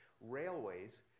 railways